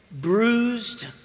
bruised